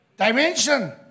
Dimension